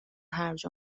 هرج